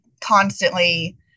constantly